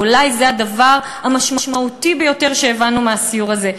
אולי זה הדבר המשמעותי ביותר שהבנו מהסיור הזה,